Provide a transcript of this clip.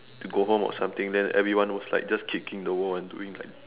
to go home or something then everyone was like just kicking the wall and doing like